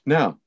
Now